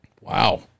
wow